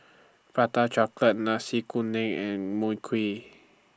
Prata Chocolate Nasi Kuning and Mui Kee